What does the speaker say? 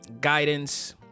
guidance